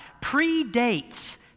predates